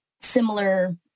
similar